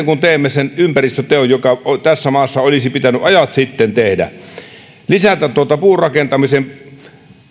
kun vielä teemme sen ympäristöteon joka tässä maassa olisi pitänyt ajat sitten tehdä lisätä puurakentamisen